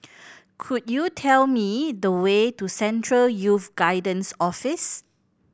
could you tell me the way to Central Youth Guidance Office